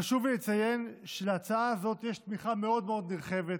חשוב לי לציין שלהצעה הזאת יש תמיכה מאוד מאוד נרחבת